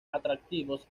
atractivos